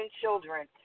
children